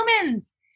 humans